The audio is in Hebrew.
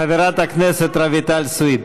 חברת הכנסת רויטל סויד.